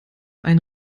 ein